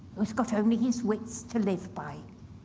who's got only his wits to live by.